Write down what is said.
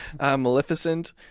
Maleficent